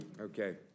Okay